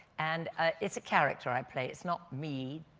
and ah it's a character i play. it's not me,